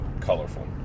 colorful